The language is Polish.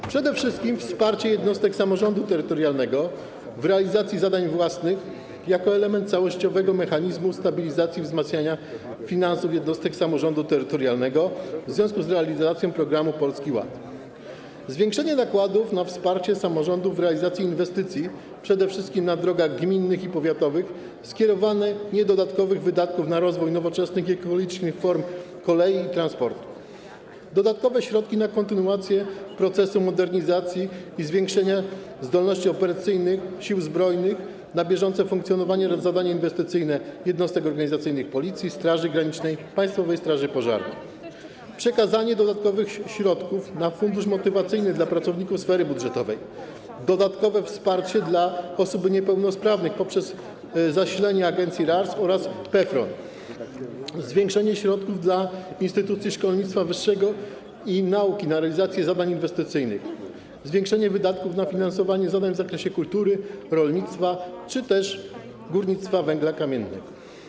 To przede wszystkim wsparcie jednostek samorządu terytorialnego w realizacji zadań własnych jako element całościowego mechanizmu stabilizacji i wzmacniania finansów jednostek samorządu terytorialnego w związku z realizacją programu Polski Ład; zwiększenie nakładów na wsparcie samorządów w realizacji inwestycji przede wszystkim na drogach gminnych i powiatowych, skierowanie dodatkowych środków na rozwój nowoczesnych i ekologicznych form kolei i transportu; dodatkowe środki na kontynuację procesu modernizacji i zwiększenia zdolności operacyjnych Sił Zbrojnych, na bieżące funkcjonowanie oraz na zadania inwestycyjne jednostek organizacyjnych Policji, Straży Granicznej i Państwowej Straży Pożarnej; przekazanie dodatkowych środków na fundusz motywacyjny dla pracowników sfery budżetowej; dodatkowe wsparcie dla osób niepełnosprawnych poprzez zasilenie RARS oraz PFRON; zwiększenie środków dla instytucji szkolnictwa wyższego i nauki na realizację zadań inwestycyjnych; zwiększenie wydatków na finansowanie zadań w zakresie kultury, rolnictwa czy też górnictwa węgla kamiennego.